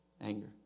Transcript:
Anger